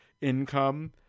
income